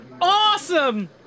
Awesome